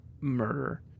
murder